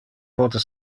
pote